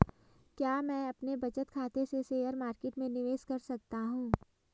क्या मैं अपने बचत खाते से शेयर मार्केट में निवेश कर सकता हूँ?